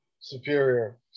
superior